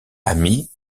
ami